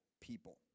people